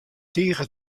tige